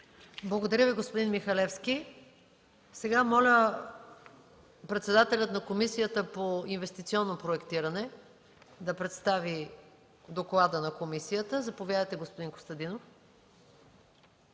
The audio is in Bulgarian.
Благодаря Ви, господин Михалевски. Сега моля председателя на Комисията по инвестиционно проектиране да представи доклада на комисията. Заповядайте, господин Костадинов.